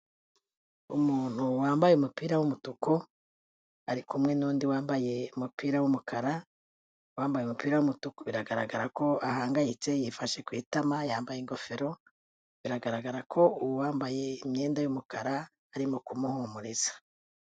Umuntu wambaye umupira w'umutuku ari kumwe n'undi wambaye umupira w'umukara, uwambaye umupira w'umutuku biragaragara ko ahangayitse, yifashe ku itama yambaye ingofero. Biragaragara ko uwambaye imyenda y'umukara arimo kumuhumuriza.